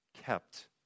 kept